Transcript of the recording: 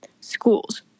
Schools